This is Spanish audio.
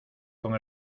con